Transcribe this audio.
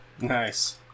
nice